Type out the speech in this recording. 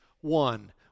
one